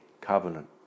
covenant